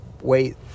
wait